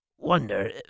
Wonder